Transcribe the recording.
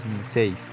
2006